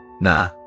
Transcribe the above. Nah